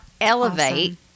elevate